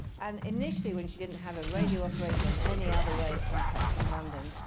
and initially, when she didn't have a radio operator and any other way of contacting london,